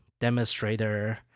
demonstrator